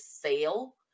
fail